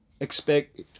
expect